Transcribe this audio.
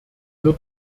wird